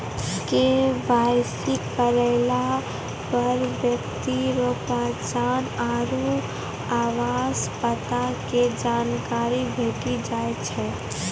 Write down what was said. KYC करलापर ब्यक्ति रो पहचान आरु आवास पता के जानकारी भेटी जाय छै